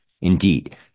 indeed